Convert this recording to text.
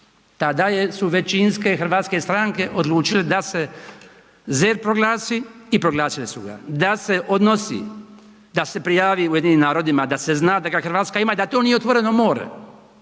Tada je, su većinske hrvatske stranke odlučile da se ZERP proglasi i proglasile su ga, da se odnosi, da se prijavi UN-u da se zna da ga Hrvatska ima i da to nije otvoreno more.